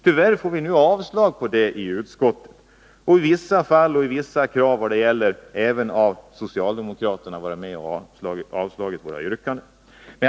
Tyvärr avstyrker nu utskottet det förslaget, och i vissa fall har även socialdemokraterna varit med om att avstyrka våra yrkanden.